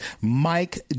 Mike